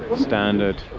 standard,